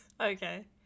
Okay